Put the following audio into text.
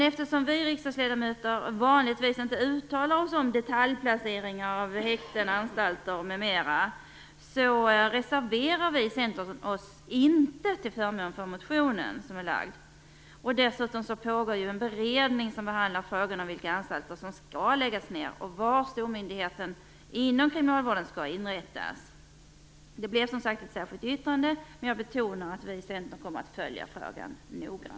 Eftersom vi riksdagsledamöter vanligtvis inte uttalar oss om detaljplaceringar av häkten, anstalter m.m. reserverar vi i Centern oss inte till förmån för motionen. Dessutom pågår en beredning som behandlar frågan om vilka anstalter som skall läggas ned och var stormyndigheten inom kriminalvården skall inrättas. Därför blev det ett särskilt yttrande. Men jag vill betona att vi i Centern kommer att noggrant följa frågan.